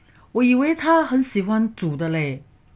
我以为他很喜欢煮的